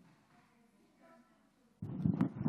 אדוני היושב-ראש, חבריי חברי הכנסת,